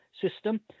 system